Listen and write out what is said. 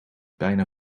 bijna